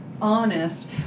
honest